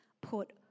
put